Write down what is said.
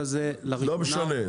לא משנה.